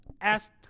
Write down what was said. asked